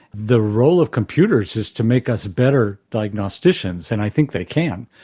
the role of computers is to make us better diagnosticians, and i think they can.